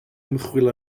ymchwil